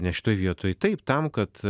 nes šitoj vietoj taip tam kad